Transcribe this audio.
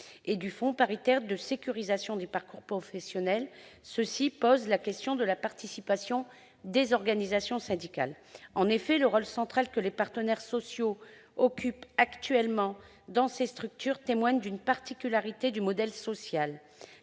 et du Fonds paritaire de sécurisation des parcours professionnels pose la question de la participation des organisations syndicales. En effet, le rôle central que les partenaires sociaux jouent actuellement dans ces structures témoigne d'une particularité de notre modèle social